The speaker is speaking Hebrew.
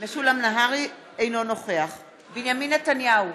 אינו נוכח בנימין נתניהו,